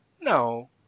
No